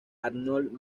arnold